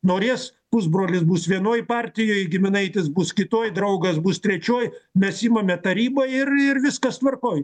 norės pusbrolis bus vienoj partijoj giminaitis bus kitoj draugas bus trečioj mes imame tarybą ir ir viskas tvarkoj